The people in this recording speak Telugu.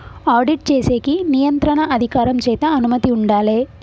ఆడిట్ చేసేకి నియంత్రణ అధికారం చేత అనుమతి ఉండాలే